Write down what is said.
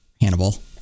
Hannibal